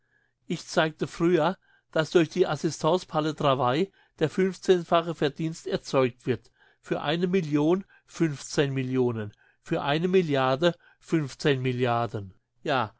ich zeigte früher dass durch die assistance par le travail der fünfzehnfache verdienst erzeugt wird für eine million fünfzehn millionen für eine milliarde fünfzehn milliarden ja